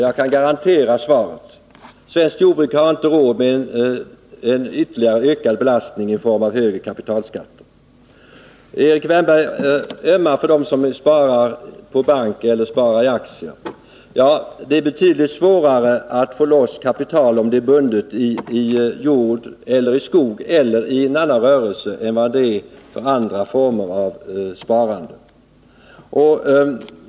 Jag kan garantera svaret: Svenska jordbrukare har inte råd med en ytterligare ökad belastning i form av högre kapitalskatter. Erik Wärnberg ömmar för dem som vill spara på bank eller spara i aktier. Ja, det är betydligt svårare att få loss kapital om det är bundet i jord eller i skog eller någon annan rörelse än om det är placerat i andra former av sparande.